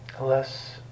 less